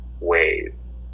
ways